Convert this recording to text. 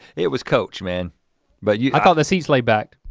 it was coach man but you i thought the seats lay back.